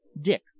Dick